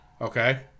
Okay